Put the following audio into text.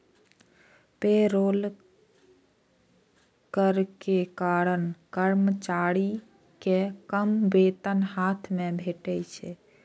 payroll कर के कारण कर्मचारी कें कम वेतन हाथ मे भेटै छै